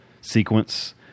sequence